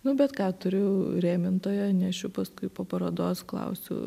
nu bet ką turiu rėmintoją nešiu paskui po parodos klausiu